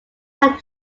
had